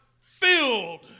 filled